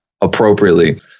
appropriately